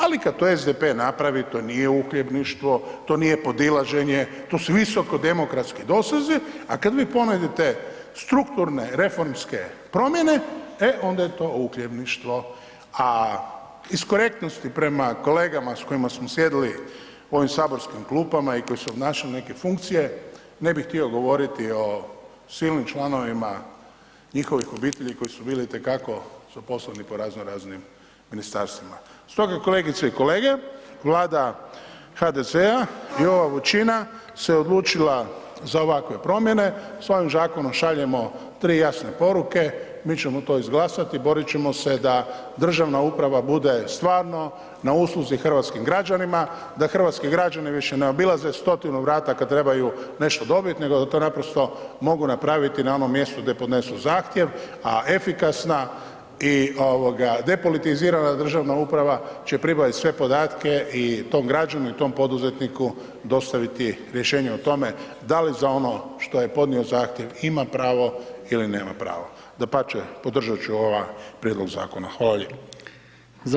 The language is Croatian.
Ali kad to SDP napravi to nije uhljebništvo, to nije podilaženje, to su visoko demokratski dosezi a kad vi ponudite strukturne reformske promjene, e onda je to uhljebništvo a iz korektnosti prema kolegama s kojima smo sjedili u ovim saborskim klupama i koji su obnašali neke funkcije, ne bi htio govoriti o silnim članovima njihovih obitelji koji su bili itekako su poslani po raznoraznim ministarstvima, stoga kolegice i kolege, Vlada HDZ-a i ova većina se odlučila za ovakve promjene, sa ovim zakonom šaljemo tri jasne poruke, mi ćemo to izglasati, boriti ćemo se da državna uprava bude stvarno na usluzi hrvatskim građanima, da hrvatski građani više obilaze stotinu vrata kad trebaju nešto dobit nego da to naprosto mogu napraviti na onom mjestu gdje podnesu zahtjev a efikasna i depolitizirana državna uprava će pribavit sve podatke i tom građanu i poduzetniku dostaviti rješenje o tome da li za ono što je podnio zahtjev ima pravo ili nema pravo, dapače, podržat ću ovaj prijedlog zakona, hvala lijepo.